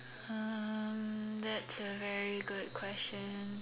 um that's a very good question